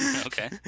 Okay